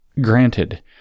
granted